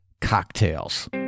cocktails